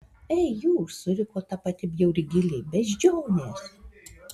ei jūs suriko ta pati bjauri gėlė beždžionės